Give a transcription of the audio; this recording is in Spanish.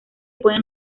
pueden